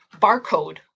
barcode